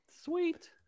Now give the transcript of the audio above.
Sweet